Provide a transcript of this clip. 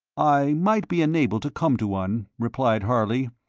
i might be enabled to come to one, replied harley,